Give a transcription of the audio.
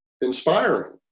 inspiring